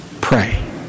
pray